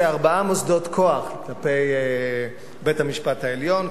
ארבעה מוסדות-כוחות: כלפי בית-המשפט העליון,